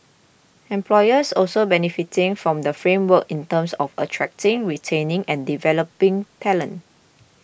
employers also benefiting from the framework in terms of attracting retaining and developing talent